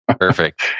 Perfect